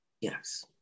Yes